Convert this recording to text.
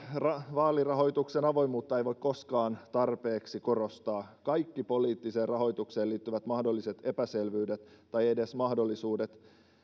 vaalirahoituksen avoimuutta ei voi koskaan tarpeeksi korostaa kaikki poliittiseen rahoitukseen liittyvät mahdolliset epäselvyydet tai edes mahdollisuudet